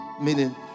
meaning